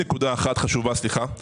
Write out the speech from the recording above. נקודה נוספת וחשובה היא